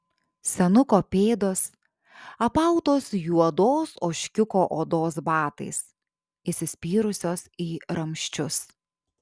senuko pėdos apautos juodos ožkiuko odos batais įsispyrusios į ramsčius